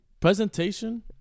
Presentation